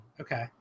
Okay